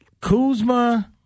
Kuzma